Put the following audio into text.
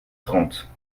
trente